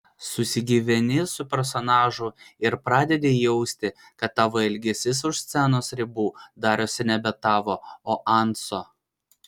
susigyveni su personažu ir pradedi jausti kad tavo elgesys už scenos ribų darosi nebe tavo o anso